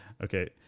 Okay